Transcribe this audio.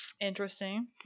interesting